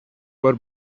were